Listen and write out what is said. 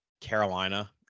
Carolina